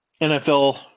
NFL